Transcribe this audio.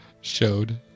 showed